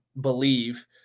believe